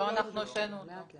לא אנחנו השהינו אותו.